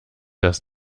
das